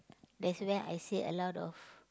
that's where I see a lot of